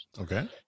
Okay